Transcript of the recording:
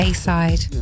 A-side